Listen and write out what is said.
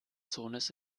sohnes